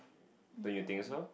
don't you think so